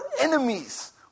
enemies